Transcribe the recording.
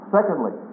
Secondly